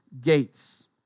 gates